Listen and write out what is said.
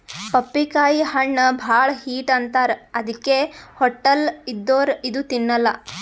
ಪಪ್ಪಿಕಾಯಿ ಹಣ್ಣ್ ಭಾಳ್ ಹೀಟ್ ಅಂತಾರ್ ಅದಕ್ಕೆ ಹೊಟ್ಟಲ್ ಇದ್ದೋರ್ ಇದು ತಿನ್ನಲ್ಲಾ